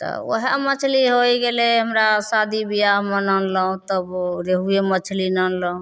तऽ वएह मछली होइ गेलै हमरा शादी बिआहमे आनलहुँ तब रेहुए मछली आनलहुँ